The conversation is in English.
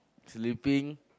sleeping